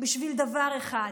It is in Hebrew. בשביל דבר אחד,